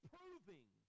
Proving